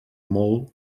molt